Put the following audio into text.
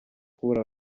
kubura